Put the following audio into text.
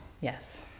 yes